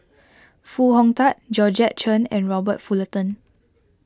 Foo Hong Tatt Georgette Chen and Robert Fullerton